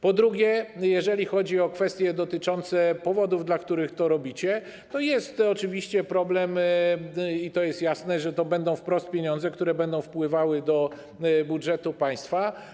Po drugie, jeśli chodzi o kwestie dotyczące powodów, dla których to robicie, to jest oczywiście problem i to jest jasne, że to będą wprost pieniądze, które będą wpływały do budżetu państwa.